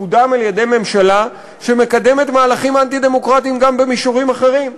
מקודם על-ידי ממשלה שמקדמת מהלכים אנטי-דמוקרטיים גם במישורים אחרים,